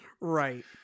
Right